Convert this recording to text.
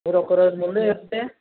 మీరు ఒకరోజు ముందే చెప్తే